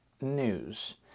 news